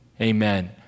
Amen